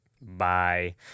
Bye